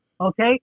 Okay